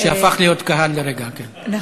שהפכו להיות קהל לרגע, כן.